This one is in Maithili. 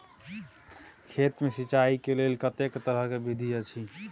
खेत मे सिंचाई के लेल कतेक तरह के विधी अछि?